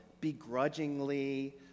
begrudgingly